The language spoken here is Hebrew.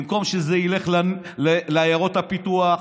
במקום שזה ילך לעיירות הפיתוח,